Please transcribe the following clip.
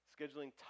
scheduling